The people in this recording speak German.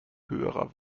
höherer